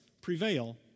prevail